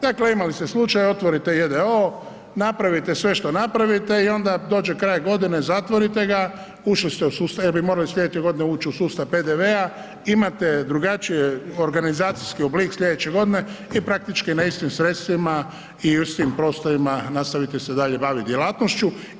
Dakle imali ste slučaja otvorite j.d.o., napravite sve što napravite i onda dođe kraj godine, zatvorite ga, ušli ste u sustav, jer bi morali sljedeće godine ući u sustavu PDV-a, imate drugačiji organizacijski oblik sljedeće godine i praktički na istim sredstvima i u istim prostorima nastavite se dalje baviti djelatnošću.